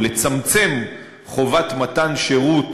או לצמצם חובת מתן שירות